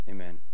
Amen